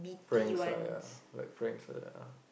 franks ya like franks like that ah